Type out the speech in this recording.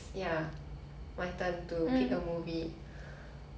summarize it in one liner in chinese please